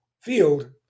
field